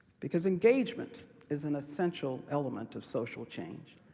because engagement is an essential element of social change.